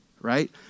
right